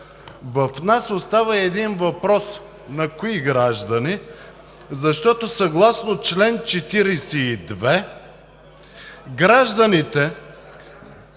у нас остава един въпрос: на кои граждани? Защото съгласно чл. 42 гражданите,